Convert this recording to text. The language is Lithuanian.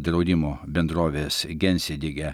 draudimo bendrovės gensidige